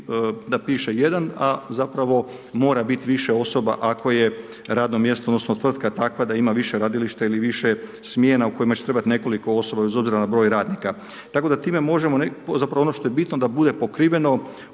da piše jedan, a zapravo mora biti više osoba ako je radno mjesto odnosno tvrtka takva da ima više gradilišta ili više smjena u kojima će trebati nekoliko osoba bez obzira na broj radnika. Tako da time možemo, zapravo ono što je bitno da bude pokriveno